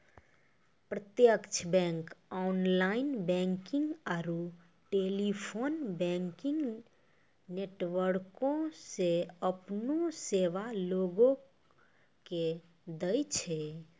प्रत्यक्ष bank online banking आरू telephone banking नेटवर्को से अपनो सेबा लोगो के दै छै